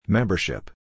Membership